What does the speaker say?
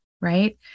right